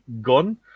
gone